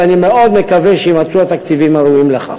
ואני מאוד מקווה שיימצאו התקציבים הראויים לכך.